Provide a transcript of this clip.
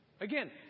Again